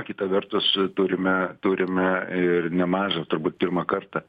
kita vertus turime turime ir nemažą turbūt pirmą kartą